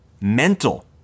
mental